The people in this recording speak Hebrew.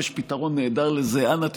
יש פתרון נהדר לזה: אנא,